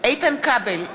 איתן כבל,